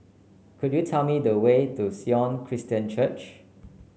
could you tell me the way to Sion Christian Church